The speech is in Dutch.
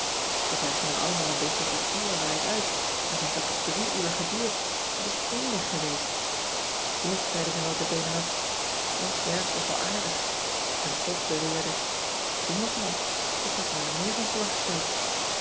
ze zagen er allemaal een beetje verpierewaaid uit maar t heeft ook tot drie uur geduurd en t is eenig geweest eerst zeiden ze nota bene nog och ja t was wel aardig en pop beweerde t ging nogal ik had er me meer van voorgesteld